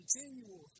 continual